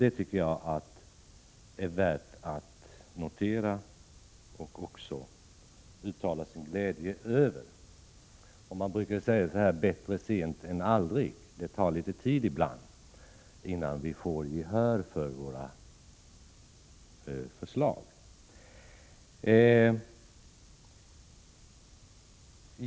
Detta tycker jag är värt att notera och uttala sin glädje över. Man brukar ju säga: Bättre sent än aldrig! Ja, det tar litet tid ibland, innan vi får gehör för våra förslag.